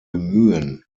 bemühen